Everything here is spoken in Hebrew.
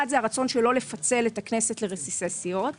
אחד, הרצון שלא לפצל את הכנסת לרסיסי סיעות